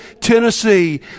Tennessee